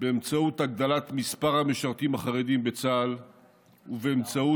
באמצעות הגדלת מספר המשרתים החרדים בצה"ל ובאמצעות